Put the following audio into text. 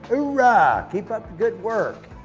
hoorah. keep up the good work.